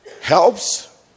helps